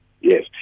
Yes